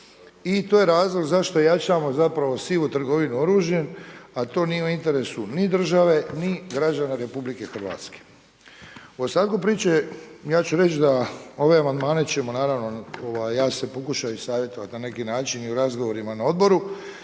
i to je razlog zašto jačamo zapravo sivu trgovinu oružjem, a to nije u interesu ni države, ni građana Republike Hrvatske. U ostatku priče ja ću reći da ove amandmane ćemo naravno ja sam se pokušao i savjetovati na neki način i u razgovorima na Odboru,